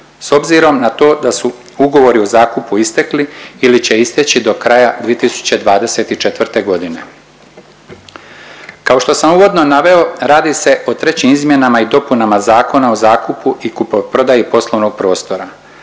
s obzirom na to da su ugovori o zakupu istekli ili će isteći do kraja 2024. godine. Kao što sam uvodno naveo radi se o 3. izmjenama i dopunama Zakona o zakupu i kupoprodaji poslovnog prostora.